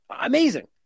amazing